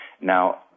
Now